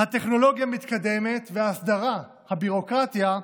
הטכנולוגיה מתקדמת, והאסדרה, הרגולציה,